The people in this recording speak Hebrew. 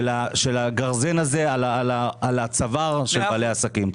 של הגרזן הזה על הצוואר של בעלי העסקים.